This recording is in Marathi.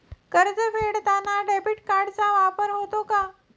कर्ज फेडताना डेबिट कार्डचा वापर होतो का?